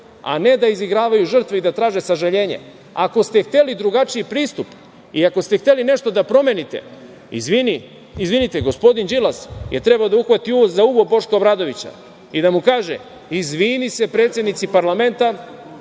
a ne da izigravaju žrtve i da traže sažaljenje. Ako ste hteli drugačiji pristup i ako ste hteli nešto da promenite, izvinite, gospodin Đilas je trebao da uhvati za uvo Boška Obradovića i da mu kaže izvini se predsednici parlamenta